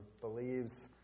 believes